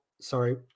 sorry